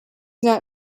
not